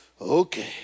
okay